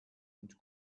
und